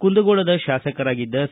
ಕುಂದಗೋಳದ ಶಾಸಕರಾಗಿದ್ದ ಸಿ